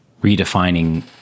redefining